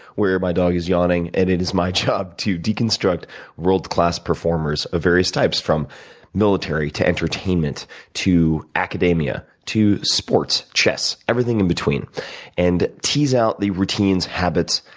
where my dog is yawning, and it is my job to deconstruct world class performs of various types from military to entertainment to academia to sports, chess, everything in between and tease out the routines, habits,